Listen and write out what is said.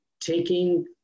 taking